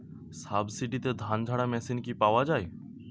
সাবসিডিতে ধানঝাড়া মেশিন কি পাওয়া য়ায়?